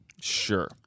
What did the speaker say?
Sure